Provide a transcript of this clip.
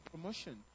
promotion